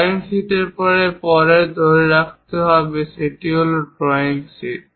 drawing শীটের পরে পরেরটি ধরে রাখতে হবে সেটি হল ড্রয়িং শীট